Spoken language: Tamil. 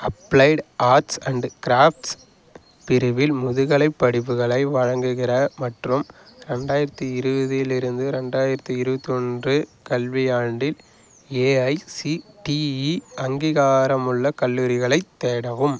அப்ளைட் ஆர்ட்ஸ் அண்ட் க்ராஃப்ட்ஸ் பிரிவில் முதுகலைப் படிப்புகளை வழங்குகிற மற்றும் ரெண்டாயிரத்தி இருபதிலிருந்து ரெண்டாயிரத்தி இருபத்தி ஒன்று கல்வியாண்டில் ஏஐசிடிஇ அங்கீகாரமுள்ள கல்லூரிகளைத் தேடவும்